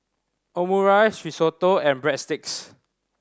Omurice Risotto and Breadsticks